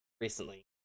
recently